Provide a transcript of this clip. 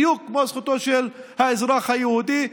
בדיוק כמו זכותו של האזרח היהודי.